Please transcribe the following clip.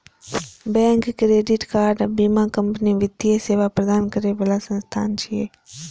bank, credit card आ बीमा company वित्तीय सेवा प्रदान करै बला संस्थान छियै